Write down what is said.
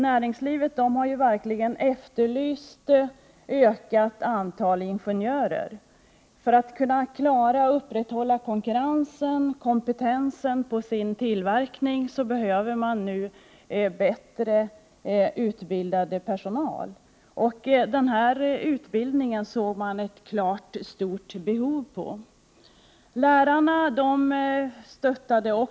Näringslivet har verkligen efterlyst ökat antal ingenjörer. För att upprätthålla kompetensen och klara konkurrensen behöver företagen bättre utbildad personal, och de såg att det finns ett stort behov av den utbildning det här är fråga om.